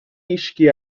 esqui